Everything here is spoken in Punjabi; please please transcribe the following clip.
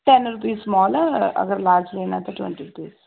ਟੈੱਨ ਰੁਪੀਸ ਸਮੋਲ ਆ ਅਗਰ ਲਾਰਜ ਲੈਣਾ ਤਾਂ ਟਵੈਂਟੀ ਰੁਪੀਸ